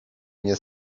nie